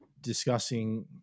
discussing